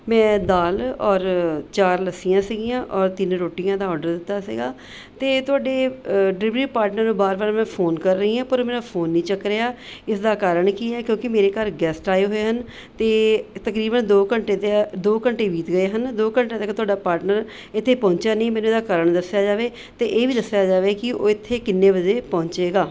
ਮੈਂ ਦਾਲ ਅਤੇ ਚਾਰ ਲੱਸੀਆਂ ਸੀਗੀਆਂ ਔਰ ਤਿੰਨ ਰੋਟੀਆਂ ਦਾ ਔਡਰ ਦਿੱਤਾ ਸੀਗਾ ਅਤੇ ਤੁਹਾਡੇ ਡਿਲੀਵਰੀ ਪਾਰਟਨਰ ਬਾਰ ਬਾਰ ਮੈਂ ਫੋਨ ਕਰ ਰਹੀ ਹੈ ਪਰ ਮੇਰਾ ਫੋਨ ਨਹੀਂ ਚੱਕ ਰਿਹਾ ਇਸਦਾ ਕਾਰਨ ਕੀ ਹੈ ਕਿਉਂਕਿ ਮੇਰੇ ਘਰ ਗੈਸਟ ਆਏ ਹੋਏ ਹਨ ਅਤੇ ਤਕਰੀਬਨ ਦੋ ਘੰਟੇ 'ਤੇ ਦੋ ਘੰਟੇ ਬੀਤ ਗਏ ਹਨ ਦੋ ਘੰਟਾ ਤੱਕ ਤੁਹਾਡਾ ਪਾਰਟਨਰ ਇੱਥੇ ਪਹੁੰਚਿਆ ਨਹੀਂ ਮੈਨੂੰ ਇਹਦਾ ਕਰਨ ਦੱਸਿਆ ਜਾਵੇ ਅਤੇ ਇਹ ਵੀ ਦੱਸਿਆ ਜਾਵੇ ਕਿ ਉਹ ਇੱਥੇ ਕਿੰਨੇ ਵਜੇ ਪਹੁੰਚੇਗਾ